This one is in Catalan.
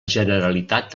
generalitat